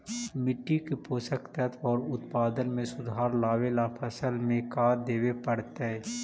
मिट्टी के पोषक तत्त्व और उत्पादन में सुधार लावे ला फसल में का देबे पड़तै तै?